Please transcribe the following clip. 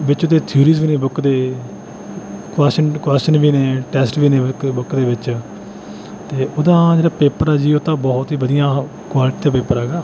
ਵਿੱਚ ਉਹਦੇ ਥਿਊਰੀਜ ਵੀ ਨੇ ਬੁੱਕ ਦੇ ਕੁਆਸ਼ਚਨ ਕੁਆਸ਼ਚਨ ਵੀ ਨੇ ਟੈਸਟ ਵੀ ਨੇ ਮ ਕਿ ਬੁੱਕ ਦੇ ਵਿੱਚ ਅਤੇ ਉਹਦਾ ਜਿਹੜਾ ਪੇਪਰ ਆ ਜੀ ਉਹ ਤਾਂ ਬਹੁਤ ਹੀ ਵਧੀਆ ਕੁਆਲਟੀ ਦਾ ਪੇਪਰ ਹੈਗਾ